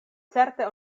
certe